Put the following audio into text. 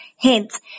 Hence